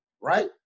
right